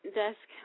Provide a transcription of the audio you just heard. desk